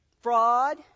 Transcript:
Fraud